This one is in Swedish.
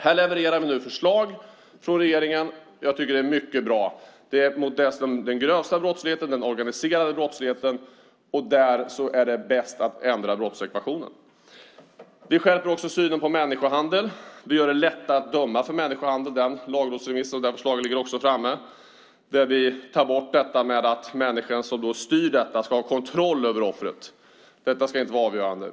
Här levererar man förslag från regeringen som jag tycker är mycket bra. De riktar sig mot den grövsta brottsligheten och den organiserade brottsligheten. Där är det bäst att ändra brottsekvationen. Vi skärper också synen på människohandel. Vi gör det lättare att döma för människohandel. Det finns en lagrådsremiss där sådant förslag ligger framme. Vi tar bort kravet att människan som styr detta ska ha kontroll över offret. Detta ska inte vara avgörande.